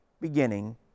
beginning